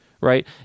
right